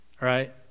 Right